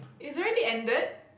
it's already ended